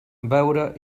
beure